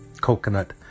coconut